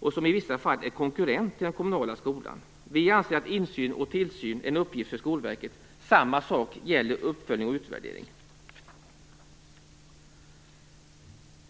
och som i vissa fall är konkurrent till den kommunala skolan. Vi anser att insyn och tillsyn är en uppgift för Skolverket, samma sak gäller uppföljning och utvärdering.